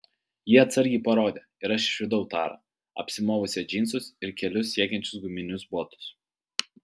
ji atsargiai parodė ir aš išvydau tarą apsimovusią džinsus ir kelius siekiančius guminius botus